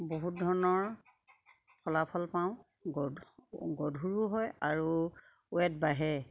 বহুত ধৰণৰ ফলাফল পাওঁ গধ গধুৰো হয় আৰু ৱেট বাঢ়ে